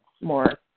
more